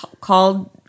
called